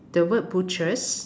the word butchers